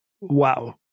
Wow